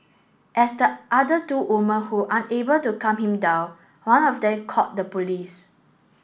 as the other two women who unable to calm him down one of them called the police